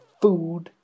food